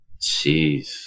Jeez